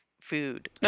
food